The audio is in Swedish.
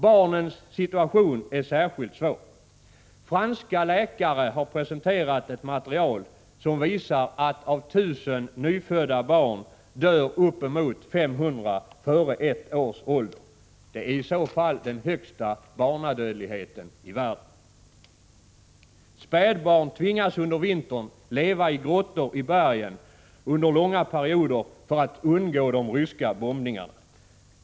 Barnens situation är särskilt svår. Franska läkare har presenterat ett material som visar att av 1 000 nyfödda barn dör uppemot 500 före ett års ålder. Det är i så fall den högsta barnadödligheten i världen. Spädbarn tvingas under vintern leva i grottor i bergen under långa perioder för att undgå de ryska bombningarna.